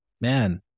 man